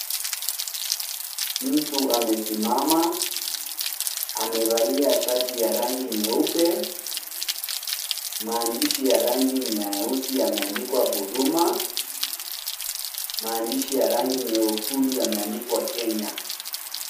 Mtu amesimama. Amevalia shati ya rangi nyeupe. Maandishi ya rangi nyeusi yameandikwa huduma, maandishi ya rangi nyekundu yameandikwa Kenya.